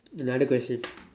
another question